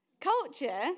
Culture